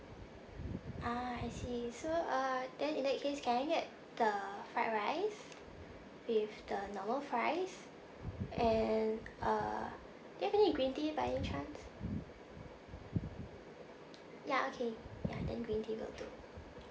ah I see so uh then in that case can I get the fried rice with the normal fries and uh do you have any green tea by any chance ya okay ya then green tea will do